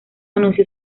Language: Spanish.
anunció